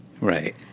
Right